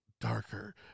darker